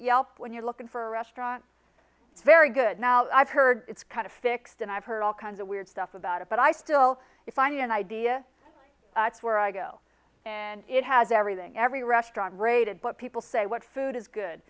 yelp when you're looking for a restaurant it's very good now i've heard it's kind of fixed and i've heard all kinds of weird stuff about it but i still if i need an idea it's where i go and it has everything every restaurant rated but people say what food is good